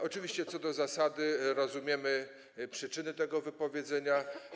Oczywiście co do zasady rozumiemy przyczyny tego wypowiedzenia.